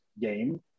game